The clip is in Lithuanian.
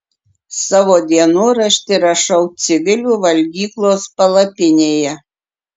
savo dienoraštį rašau civilių valgyklos palapinėje